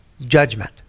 judgment